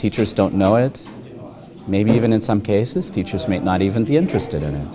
teachers don't know it maybe even in some cases teachers might not even be interested in it